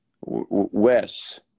Wes